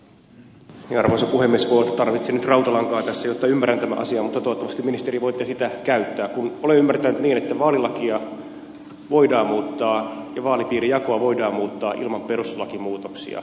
voi olla että tarvitsen nyt rautalankaa tässä jotta ymmärrän tämän asian mutta toivottavasti ministeri voitte sitä käyttää kun olen ymmärtänyt niin että vaalilakia voidaan muuttaa ja vaalipiirijakoa voidaan muuttaa ilman perustuslakimuutoksia tiettyyn rajaan saakka